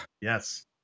Yes